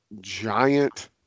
giant